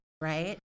right